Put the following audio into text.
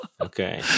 okay